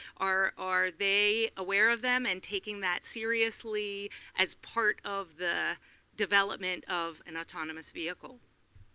are are they aware of them, and taking that seriously as part of the development of an autonomous vehicle?